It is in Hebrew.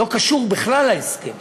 לא קשור בכלל להסכם,